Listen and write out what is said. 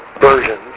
versions